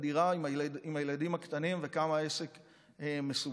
הדירה עם הילדים הקטנים וכמה שהעסק מסובך.